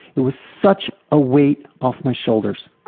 it was such a weight off my shoulders.